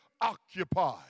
Occupy